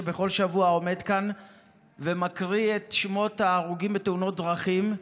שבכל שבוע עומד כאן ומקריא את שמות ההרוגים בתאונות דרכים,